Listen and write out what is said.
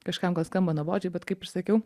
kažkam gal skamba nuobodžiai bet kaip ir sakiau